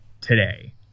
today